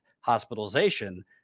hospitalization